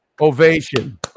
ovation